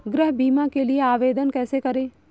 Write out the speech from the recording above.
गृह बीमा के लिए आवेदन कैसे करें?